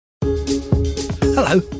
Hello